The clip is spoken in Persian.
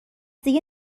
دیگه